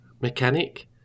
mechanic